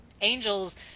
angels